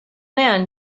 man